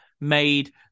made